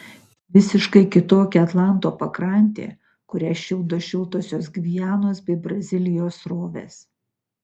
visiškai kitokia atlanto pakrantė kurią šildo šiltosios gvianos bei brazilijos srovės